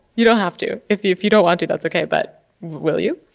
you don't have to. if if you don't want to, that's ok. but will you?